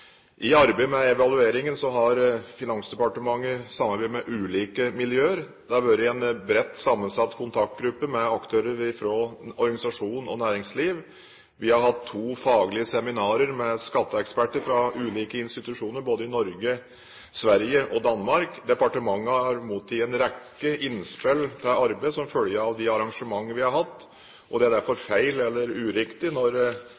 I arbeidet med evalueringen har Finansdepartementet samarbeidet med ulike miljøer. Det har vært en bredt sammensatt kontaktgruppe med aktører fra organisasjons- og næringsliv. Vi har hatt to faglige seminarer med skatteeksperter fra ulike institusjoner i både Norge, Sverige og Danmark. Departementet har mottatt en rekke innspill til arbeidet som følge av de arrangementene vi har hatt. Det er derfor feil, eller uriktig, når